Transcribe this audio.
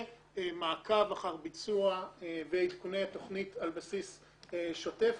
ומעקב אחר ביצוע ועדכוני התוכנית על בסיס שוטף.